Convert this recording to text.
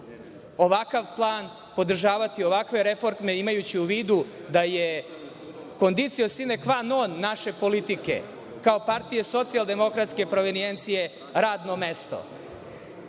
ovakav plan, podržavati ovakve reforme, imajući u vidu da je conditio sine qua non naše politike kao partije socijaldemokratske provinijencije radno mesto,